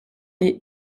les